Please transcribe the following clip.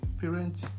parents